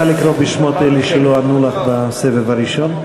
נא לקרוא שוב בשמות אלה שלא ענו לך בסבב הראשון.